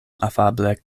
afable